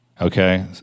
Okay